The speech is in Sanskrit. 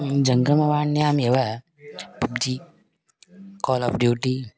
जङ्मवाण्यामेव PUBG Call of duty